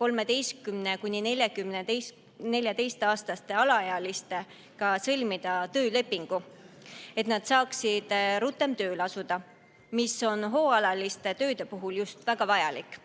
13–14-aastaste alaealistega sõlmida töölepingu kiiremini, et nad saaksid rutem tööle asuda, mis on hooajaliste tööde puhul just väga vajalik.